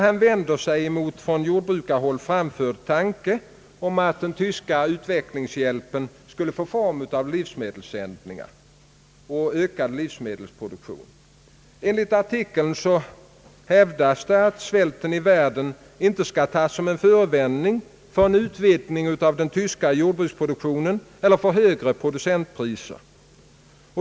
Han vänder sig mot en från jordbrukarhåll framförd tanke att den tyska utvecklingshjälpen skulle få form av livsmedelssändningar och ökad livsmedelsproduktion. Enligt artikeln hävdas att svälten i världen inte skall tas som en förevändning för en utvidgning av den tyska jordbruksproduktionen eller för högre producentpriser.